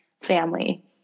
family